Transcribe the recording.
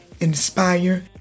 inspire